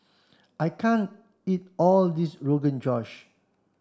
I can't eat all of this Rogan Josh